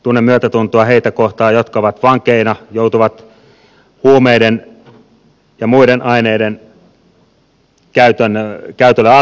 tunnen myötätuntoa niitä kohtaan jotka ovat vankeina joutuvat huumeiden ja muiden aineiden käytölle alttiiksi